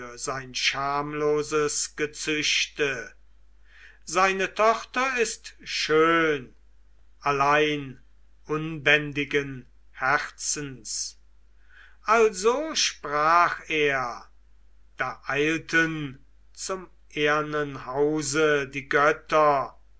sein schamloses gezüchte seine tochter ist schön allein unbändigen herzens also sprach er da eilten zum ehernen hause die götter